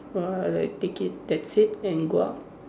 or like take it that's it and go out